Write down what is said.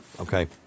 Okay